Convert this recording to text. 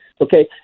Okay